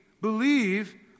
believe